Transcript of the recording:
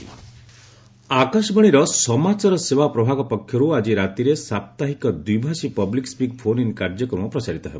ମଷ୍ଟ୍ announcement ଆକାଶବାଣୀର ସମାଚାର ସେବା ପ୍ରଭାଗ ପକ୍ଷରୁ ଆଜି ରାତିରେ ସାପ୍ତାହିକ ଦ୍ୱିଭାଷୀ ପବ୍ଲିକ୍ ସ୍ୱିକ୍ ଫୋନ୍ ଇନ୍ କାର୍ଯ୍ୟକ୍ରମ ପ୍ରସାରିତ ହେବ